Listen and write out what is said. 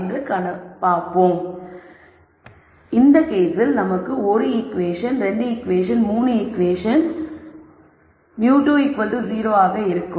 எனவே இந்த கேஸில் நமக்கு 1 ஈகுவேஷன் 2 ஈகுவேஷன் 3 ஈகுவேஷன் μ2 0 ஆக இருக்கும்